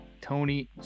Tony